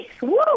Woo